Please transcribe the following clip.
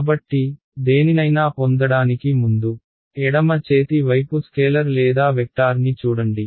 కాబట్టి దేనినైనా పొందడానికి ముందు ఎడమ చేతి వైపు స్కేలర్ లేదా వెక్టార్ని చూడండి